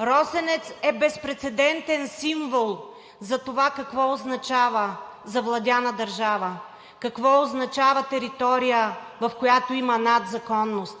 „Росенец“ е безпрецедентен символ за това какво означава завладяна държава, какво означава територия, в която има надзаконност,